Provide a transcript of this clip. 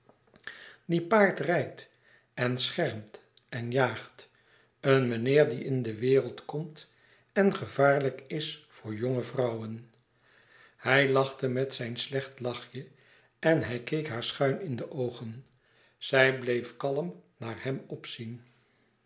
die paard rijdt en schermt en jaagt een meneer die in de wereld komt en gevaarlijk is voor jonge vrouwen hij lachte met zijn slecht lachje en hij keek haar schuin in de oogen zij bleef kalm naar hem opzien